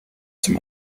zum